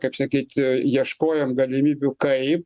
kaip sakyt ieškojom galimybių kaip